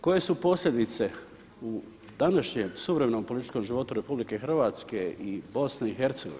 Koje su posljedice u današnjem suvremenom političkom životu RH i BiH?